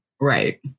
right